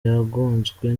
yagonzwe